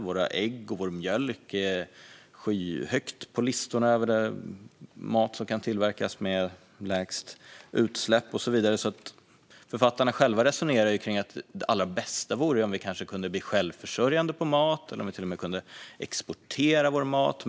Våra ägg och vår mjölk ligger skyhögt på listorna över mat som kan produceras med minst utsläpp. Författarna själva resonerar kring att det allra bästa kanske vore om vi kunde bli självförsörjande på mat och till och med exportera vår mat.